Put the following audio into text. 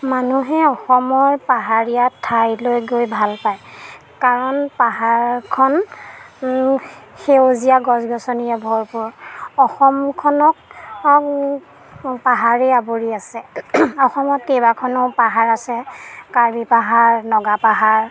মানুহে অসমৰ পাহাৰীয়া ঠাইলৈ গৈ ভাল পায় কাৰণ পাহাৰখন সেউজীয়া গছ গছনিৰে ভৰপূৰ অসমখনক পাহাৰেই আৱৰি আছে অসমত কেইবাখনো পাহাৰ আছে কাৰ্বিপাহাৰ নগাপাহাৰ